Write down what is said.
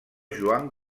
joan